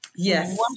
Yes